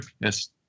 Yes